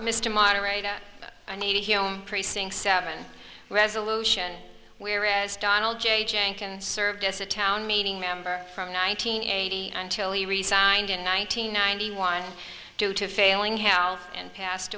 mr moderator anita hill precinct seven resolution whereas donald j jenkins served as a town meeting member from nine hundred eighty until he resigned in nine hundred ninety one due to failing health and passed